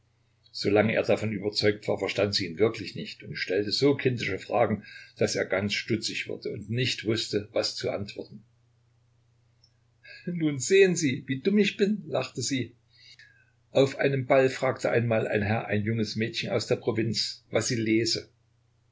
solange er davon überzeugt war verstand sie ihn wirklich nicht und stellte so kindische fragen daß er ganz stutzig wurde und nicht wußte was zu antworten nun sehen sie wie dumm ich bin lachte sie auf einem ball fragte einmal ein herr ein junges mädchen aus der provinz was sie lese